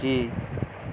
جی